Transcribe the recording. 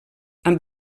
amb